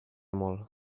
molt